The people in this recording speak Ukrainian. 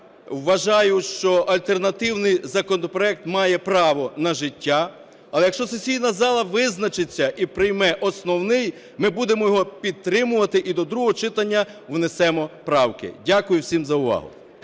вважаю, що альтернативний законопроект має право на життя, але якщо сесійна зала визначиться і прийме основний, ми його будемо його підтримувати і до другого читання внесемо правки. Дякую всім за увагу.